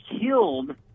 killed